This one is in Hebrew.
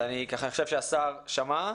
אני חושב שהשר שמע.